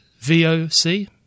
VOC